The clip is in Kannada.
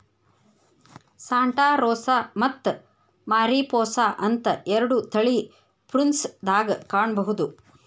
ಸಾಂಟಾ ರೋಸಾ ಮತ್ತ ಮಾರಿಪೋಸಾ ಅಂತ ಎರಡು ತಳಿ ಪ್ರುನ್ಸ್ ದಾಗ ಕಾಣಬಹುದ